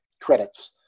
credits